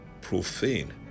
profane